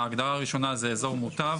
ההגדרה הראשונה זה אזור מוטב.